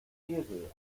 esel